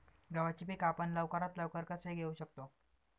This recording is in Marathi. गव्हाचे पीक आपण लवकरात लवकर कसे घेऊ शकतो?